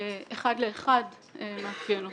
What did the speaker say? אחד לאחד מאפיין אותו,